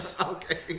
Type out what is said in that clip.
Okay